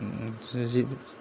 बिदिनो